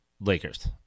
Lakers